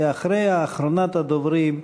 ואחריה אחרונת הדוברים,